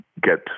get